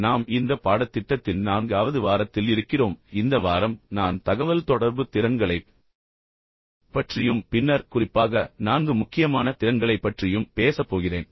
நாம் இந்த பாடத்திட்டத்தின் நான்காவது வாரத்தில் இருக்கிறோம் இந்த வாரம் நான் தகவல்தொடர்பு திறன்களைப் பற்றியும் பின்னர் குறிப்பாக நான்கு முக்கியமான திறன்களைப் பற்றியும் பேசப் போகிறேன்